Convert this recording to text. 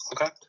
Okay